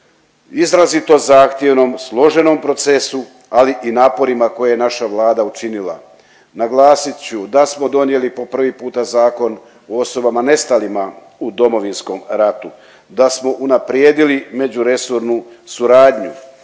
izrazito zahtjevnom, složenom procesu ali i naporima koje je naša Vlada učinila. Naglasit ću da smo donijeli po prvi puta Zakon o osobama nestalima u Domovinskom ratu, da smo unaprijedili međuresornu suradnju,